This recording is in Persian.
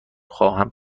خواهم